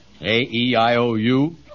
A-E-I-O-U